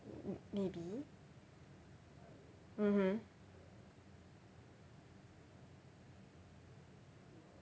m~ maybe mmhmm